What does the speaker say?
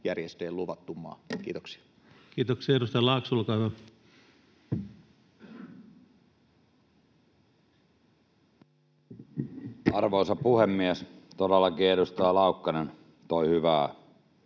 järjestöjen luvattu maa. — Kiitoksia. Kiitoksia. — Edustaja Laakso, olkaa hyvä. Arvoisa puhemies! Todellakin edustaja Laukkanen toi